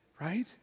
Right